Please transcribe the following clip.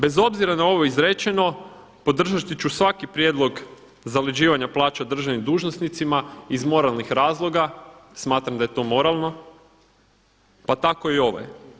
Bez obzira na ovo izrečeno, podržat ću svaki prijedlog zaleđivanja plaća državnim dužnosnicima iz moralnih razloga, smatram da je to moralno pa tako i ovaj.